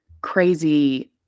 crazy